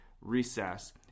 recess